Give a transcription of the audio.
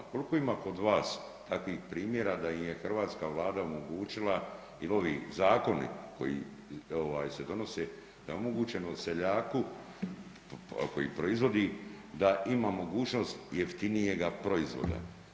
Koliko ima kod vas takvih primjera da im je hrvatska Vlada omogućila ili ovi zakoni koji se donose da je omogućeno seljaku koji proizvodi da ima mogućnost jeftinijega proizvoda?